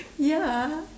ya